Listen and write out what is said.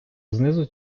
знизу